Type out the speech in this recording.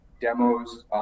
demos